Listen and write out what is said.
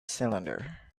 cylinder